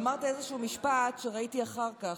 ואמרת איזשהו משפט שראיתי אחר כך,